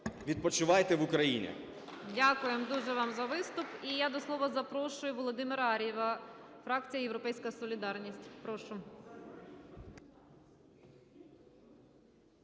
Відпочивайте в Україні! ГОЛОВУЮЧИЙ. Дякуємо дуже вам за виступ. І я до слова запрошую Володимира Ар'єва, фракція "Європейська солідарність". Прошу.